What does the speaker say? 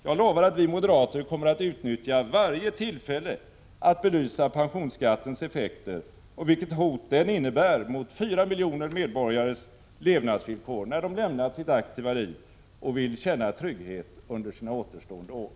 Jag lovar att vi moderater kommer att utnyttja varje tillfälle att belysa pensionsskattens effekter och vilket hot den innebär mot 4 miljoner medborgares levnadsvillkor när de lämnat sitt aktiva liv och vill känna trygghet under sina återstående år.